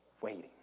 waiting